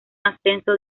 ascenso